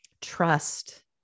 trust